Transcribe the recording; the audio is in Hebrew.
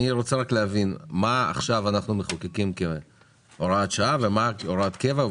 מה אנחנו מחוקקים כהוראת שעה ומה הוראת קבע?